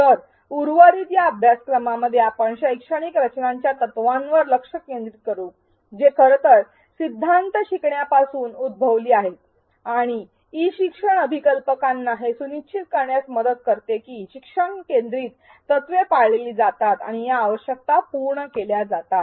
तर उर्वरित या अभ्यासक्रमामध्ये आपण शैक्षणिक रचनांच्या तत्त्वांवर लक्ष केंद्रित करू जे खरं तर सिद्धांत शिकण्यापासून उद्भवली आहे आणि ई शिक्षण अभिकल्पकांना हे सुनिश्चित करण्यात मदत करते की शिक्षण केंद्रित तत्त्वे पाळली जातात आणि या आवश्यकता पूर्ण केल्या जातात